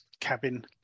cabin